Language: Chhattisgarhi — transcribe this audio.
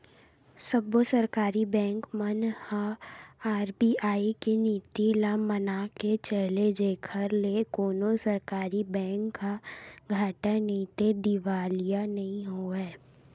सब्बो सरकारी बेंक मन ह आर.बी.आई के नीति ल मनाके चले जेखर ले कोनो सरकारी बेंक ह घाटा नइते दिवालिया नइ होवय